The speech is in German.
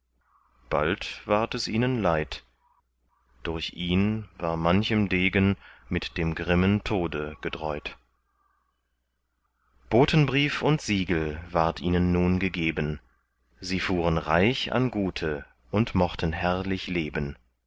bald ward es ihnen leid durch ihn war manchem degen mit dem grimmen tode gedräut botenbrief und siegel ward ihnen nun gegeben sie fuhren reich an gute und mochten herrlich leben